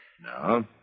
No